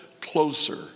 closer